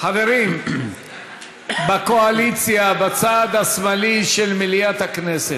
חברים בקואליציה, בצד השמאלי של מליאת הכנסת,